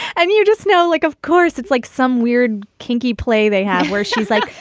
i mean, you're just no, like, of course, it's like some weird, kinky play they have where she's like,